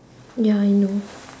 ya I know